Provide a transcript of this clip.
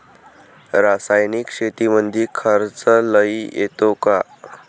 रासायनिक शेतीमंदी खर्च लई येतो का?